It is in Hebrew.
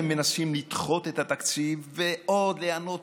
אתם מנסים לדחות את התקציב ועוד ליהנות